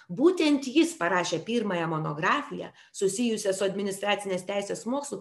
būtent jis parašė pirmąją monografiją susijusią su administracinės teisės mokslu